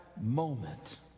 moment